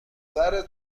کاری